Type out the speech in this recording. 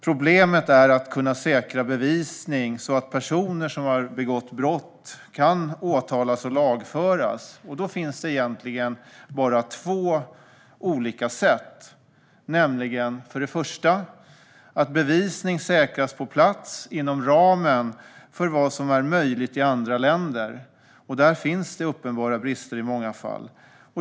Problemet är att kunna säkra bevisning så att personer som har begått brott kan åtalas och lagföras. Då finns det egentligen bara två olika sätt. Det första är att bevisning säkras på plats inom ramen för vad som är möjligt i andra länder. Där finns det uppenbara brister i många fall.